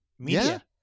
Media